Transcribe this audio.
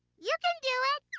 you can do it!